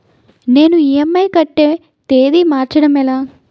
నేను ఇ.ఎం.ఐ కట్టే తేదీ మార్చడం ఎలా?